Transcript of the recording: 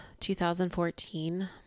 2014